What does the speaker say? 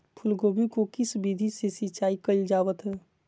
फूलगोभी को किस विधि से सिंचाई कईल जावत हैं?